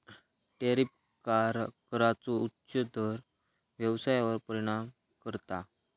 tariff कराचो उच्च दर व्यवसायावर परिणाम करता